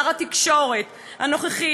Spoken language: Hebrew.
שר התקשורת הנוכחי,